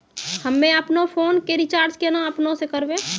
हम्मे आपनौ फोन के रीचार्ज केना आपनौ से करवै?